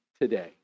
today